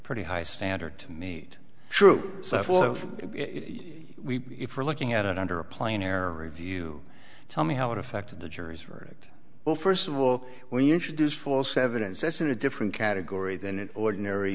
pretty high standard to meet troop so what if we were looking at it under a plane or review tell me how it affected the jury's verdict well first of all when you introduce false evidence that's in a different category than an ordinary